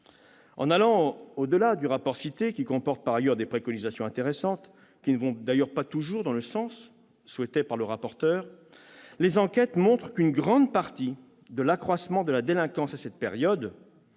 En allant au-delà du rapport cité, lequel comporte par ailleurs des préconisations intéressantes qui ne vont pas toutes dans le sens souhaité par M. le rapporteur, les enquêtes montrent qu'une grande partie de l'accroissement de la délinquance à cette période